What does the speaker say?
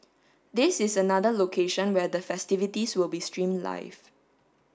this is another location where the festivities will be stream live